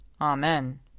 Amen